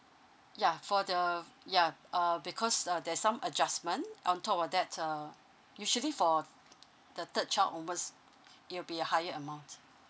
ya for the ya uh because uh there's some adjustment on top of that uh usually for the third child onwards it'll be a higher amount